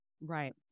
Right